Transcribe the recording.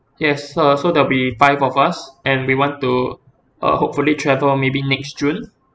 yes uh so there'll be five of us and we want to uh hopefully travel maybe next june